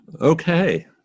okay